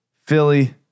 Philly